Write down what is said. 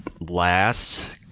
last